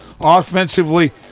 offensively